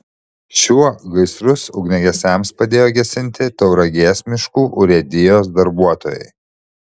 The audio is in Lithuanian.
šiuo gaisrus ugniagesiams padėjo gesinti tauragės miškų urėdijos darbuotojai